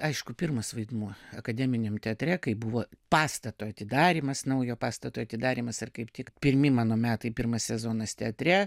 aišku pirmas vaidmuo akademiniam teatre kai buvo pastato atidarymas naujo pastato atidarymas ar kaip tik pirmi mano metai pirmas sezonas teatre